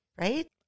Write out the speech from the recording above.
right